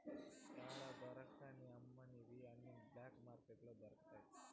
యాడా దొరకని అమ్మనివి అన్ని బ్లాక్ మార్కెట్లో దొరుకుతాయి